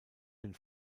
den